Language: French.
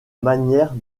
manière